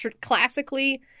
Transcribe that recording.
classically